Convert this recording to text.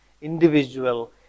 individual